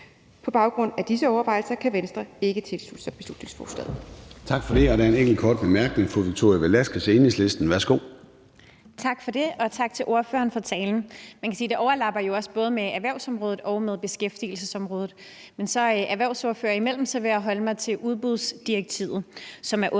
På baggrund af disse overvejelser kan Venstre ikke tilslutte sig beslutningsforslaget.